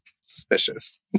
suspicious